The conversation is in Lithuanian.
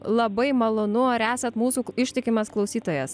labai malonu ar esat mūsų ištikimas klausytojas